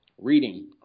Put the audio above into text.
Reading